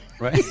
Right